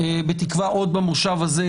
בתקווה עוד במושב הזה,